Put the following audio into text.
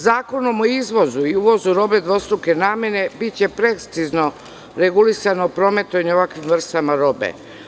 Zakonom o izvozu i uvozu robe dvostruke namene, biće precizno regulisano prometovanje ovakvim vrstama robe.